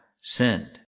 sinned